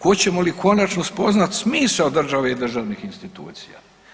Hoćemo li konačno spoznati smisao države i državnih institucija?